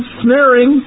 snaring